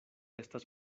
estas